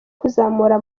kuzamura